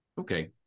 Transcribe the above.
Okay